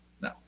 No